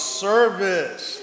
service